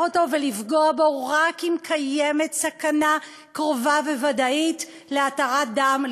אותו ולפגוע בו רק אם קיימת סכנה קרובה וודאית להתרת דם,